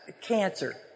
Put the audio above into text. Cancer